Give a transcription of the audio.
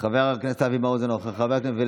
חברת הכנסת נעמה לזימי,